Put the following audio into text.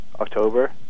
October